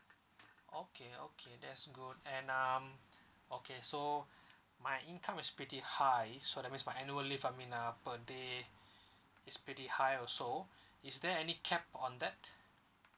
okay okay that's good and um okay so my income is pretty high so that means my annual leave I mean uh per day is pretty high also is there any cap on that